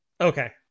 Okay